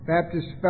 Baptist